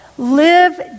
live